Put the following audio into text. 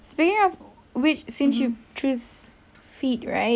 speaking of which since you choose fit right